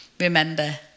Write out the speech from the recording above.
Remember